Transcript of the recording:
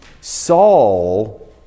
Saul